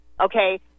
okay